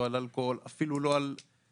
לא על אלכוהול, אפילו לא על ממתקים.